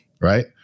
right